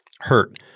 hurt